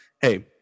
Hey